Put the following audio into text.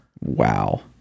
wow